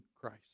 Christ